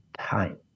time